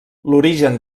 l’origen